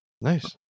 Nice